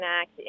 act